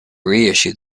reissued